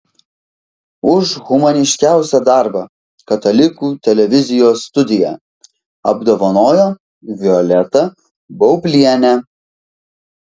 už humaniškiausią darbą katalikų televizijos studija apdovanojo violetą baublienę